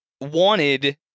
wanted